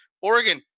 Oregon